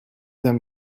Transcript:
them